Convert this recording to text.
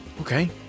Okay